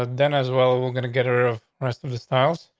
ah then as well, we're gonna get her of rest of the styles,